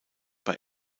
bei